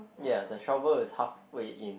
ya the shovel is halfway in